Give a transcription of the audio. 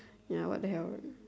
ya what the hell